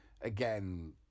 Again